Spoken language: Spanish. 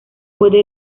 puede